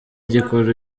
gikora